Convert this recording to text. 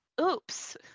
oops